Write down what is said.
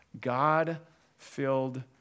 God-filled